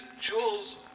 Jules